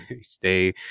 stay